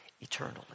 eternally